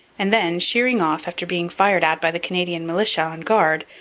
and then, sheering off after being fired at by the canadian militia on guard,